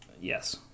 yes